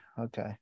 okay